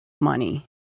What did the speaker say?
money